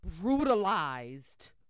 Brutalized